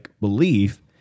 belief